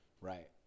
Right